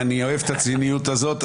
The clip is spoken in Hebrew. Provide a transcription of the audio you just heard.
אני אוהב את הציניות הזאת,